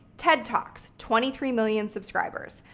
ted talks, twenty three million subscribers,